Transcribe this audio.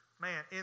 Man